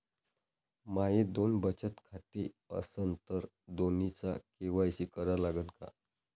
माये दोन बचत खाते असन तर दोन्हीचा के.वाय.सी करा लागन का?